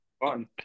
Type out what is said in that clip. fun